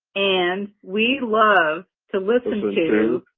and we love to listen to.